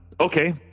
okay